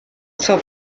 zur